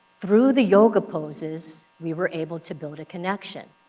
through the yoga poses, we were able to build a connection.